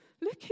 Look